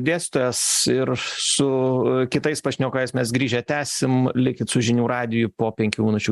dėstytojas ir su kitais pašnekovais mes grįžę tęsim likit su žinių radiju po penkių minučių